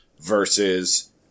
versus